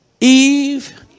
Eve